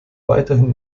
weiterhin